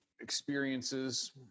experiences